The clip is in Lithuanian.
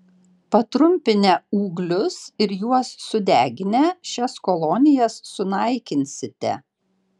patrumpinę ūglius ir juos sudeginę šias kolonijas sunaikinsite